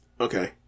Okay